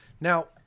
Now